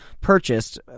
purchased